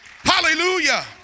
Hallelujah